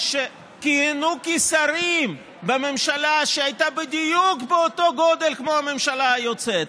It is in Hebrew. שכיהנו כשרים בממשלה שהייתה בדיוק באותו גודל כמו הממשלה היוצאת,